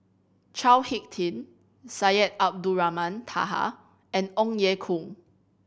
Chao Hick Tin Syed Abdulrahman Taha and Ong Ye Kung